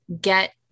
get